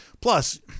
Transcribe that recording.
plus –